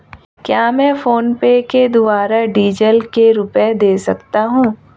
क्या मैं फोनपे के द्वारा डीज़ल के रुपए दे सकता हूं?